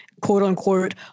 quote-unquote